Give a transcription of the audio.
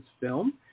film